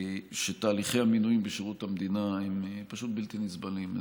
שתהליכי המינויים בשירות המדינה הם פשוט בלתי נסבלים.